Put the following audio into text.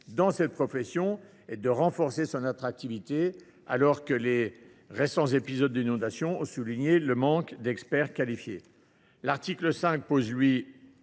envers cette profession et d’en renforcer l’attractivité, alors que les récents épisodes d’inondations ont souligné le manque d’experts qualifiés. L’article 5 instaure